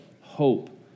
hope